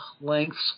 lengths